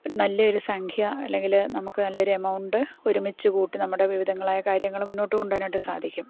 നല്ലൊരു സംഖ്യ അല്ലെങ്കിൽ നമുക്ക് നല്ലൊരെമൗണ്ട് ഒരുമിച്ച് കൂട്ടി നമ്മുടെ വിവിധങ്ങളായ കാര്യങ്ങൾ മുന്നോട്ട് കൊണ്ട് പോകാനായിട്ട് സാധിക്കും